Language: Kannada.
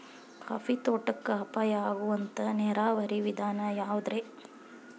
ಕಾಫಿ ತೋಟಕ್ಕ ಉಪಾಯ ಆಗುವಂತ ನೇರಾವರಿ ವಿಧಾನ ಯಾವುದ್ರೇ?